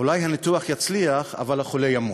אולי הניתוח יצליח אבל החולה ימות.